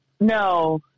No